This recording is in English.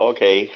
Okay